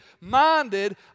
minded